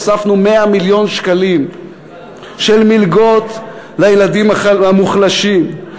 הוספנו 100 מיליון שקלים של מלגות לילדים המוחלשים.